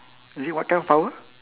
is it what kind of power